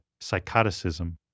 psychoticism